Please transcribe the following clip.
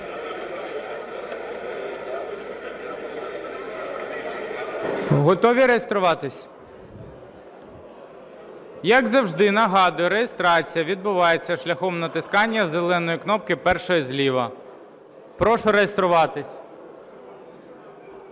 Готові реєструватись? Як завжди, нагадую: реєстрація відбувається шляхом натискання зеленої кнопки першої зліва. Прошу реєструватись.